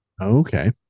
Okay